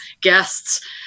guests